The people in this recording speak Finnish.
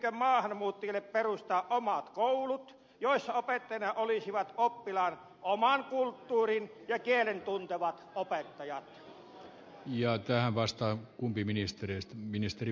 pitäisikö maahanmuuttajille perustaa omat koulut joissa opettajina olisivat oppilaan oman kulttuurin ja kielen tuntevat opettajat